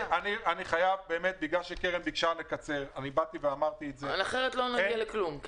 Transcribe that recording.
בגלל שקרן ברק ביקשה לקצר בדברים --- אחרת לא נגיע לכלום.